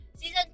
Season